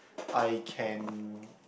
I can